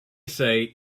say